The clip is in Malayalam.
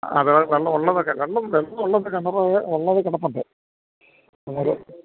അത് വെള്ളം ഉള്ളതൊക്കെ വെള്ളം വെള്ളം ഉള്ളതൊക്കെ കിണറ് ഉള്ളത് കിടപ്പുണ്ട് അന്നേരം